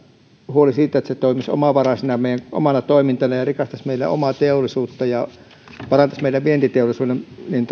huoli siitä että se toimisi omavaraisena meidän omana toimintana ja rikastaisi meidän omaa teollisuutta ja parantaisi meidän vientiteollisuuden